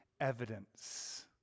evidence